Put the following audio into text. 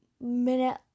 minute